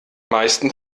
meisten